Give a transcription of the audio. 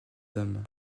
dame